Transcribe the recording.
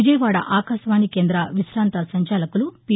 విజయవాడ ఆకాశవాణి కేంద్ర విశాంత సంచాలకులు పి